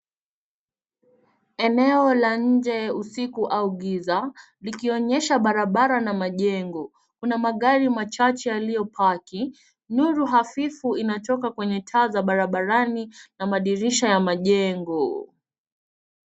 Eneo la nje usiku au giza, likionyesha barabara na majengo. Kuna magari machache yaliyopaki. Nuru hafifu inatoka kwenye taa za barabarani na madirisha ya majengo.